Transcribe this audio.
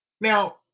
Now